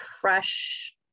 fresh